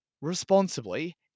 responsibly